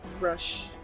Rush